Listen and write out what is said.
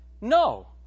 no